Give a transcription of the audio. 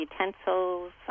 utensils